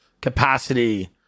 capacity